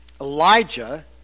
Elijah